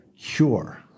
cure